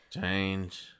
Change